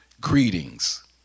greetings